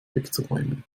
wegzuräumen